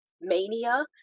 mania